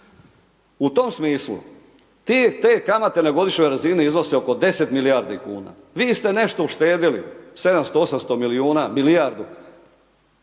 u tom smislu te kamate na godišnjoj razini iznose oko 10 milijardi kuna, vi ste nešto uštedjeli, 700-800 milijuna, milijardu